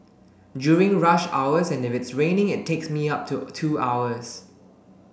during rush hours and if it's raining it takes me up to two hours